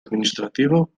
administrativo